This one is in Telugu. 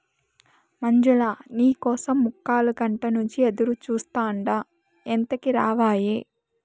మంజులా, నీ కోసం ముక్కాలగంట నుంచి ఎదురుచూస్తాండా ఎంతకీ రావాయే